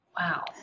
Wow